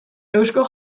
eusko